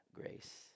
grace